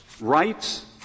rights